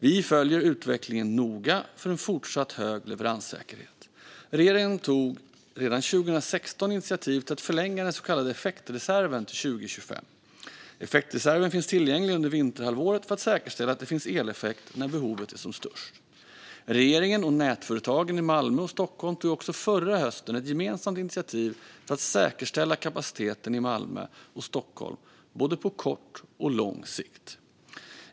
Vi följer utvecklingen noga för en fortsatt hög leveranssäkerhet. Regeringen tog redan 2016 initiativ till att förlänga den så kallade effektreserven till 2025. Effektreserven finns tillgänglig under vinterhalvåret för att säkerställa att det finns eleffekt när behovet är som störst. Regeringen och nätföretagen i Malmö och Stockholm tog också förra hösten ett gemensamt initiativ för att säkerställa kapaciteten i Malmö och Stockholm, på både kort och lång sikt.